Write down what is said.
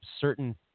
certain